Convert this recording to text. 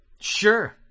Sure